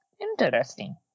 interesting